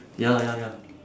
ya lah ya ya